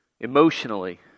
emotionally